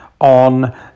on